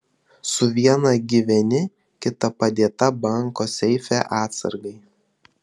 su viena gyveni kita padėta banko seife atsargai